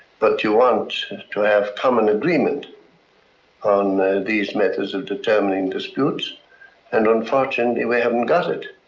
but you want to have common agreement on these methods of determining disputes and unfortunately we haven't got it.